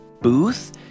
booth